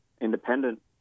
independent